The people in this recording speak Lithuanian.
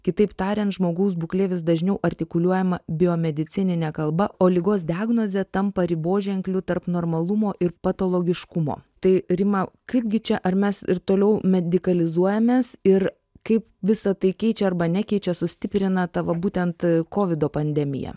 kitaip tariant žmogaus būklė vis dažniau artikuliuojama biomedicininė kalba o ligos diagnozė tampa riboženkliu tarp normalumo ir patologiškumo tai rima kaipgi čia ar mes ir toliau medikalizuojamės ir kaip visa tai keičia arba nekeičia sustiprina tavo būtent kovido pandemija